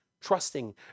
trusting